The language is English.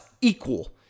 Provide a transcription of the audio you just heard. equal